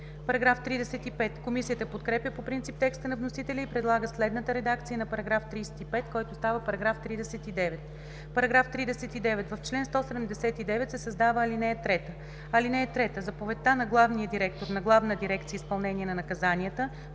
става § 38. Комисията подкрепя по принцип текста на вносителя и предлага следната редакция на § 35, който става § 39: „§ 39. В чл. 179 се създава ал. 3: „(3) Заповедта на главния директор на Главна дирекция „Изпълнение на наказанията”